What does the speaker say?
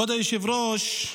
כבוד היושב-ראש,